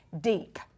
deep